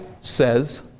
says